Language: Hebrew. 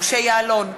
משה יעלון,